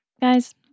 Guys